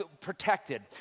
protected